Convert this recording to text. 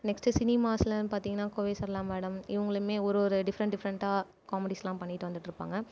next சினிமாஸ்லன்னு பார்த்திங்கன்னா Kovai Sarala madam இவங்களுமே ஒரு ஒரு டிஃப்ரெண்ட் டிஃப்ரெண்ட்டாக காமெடிஸ்லாம் பண்ணிகிட்டு வந்துட்டுருப்பாங்க